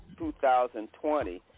2020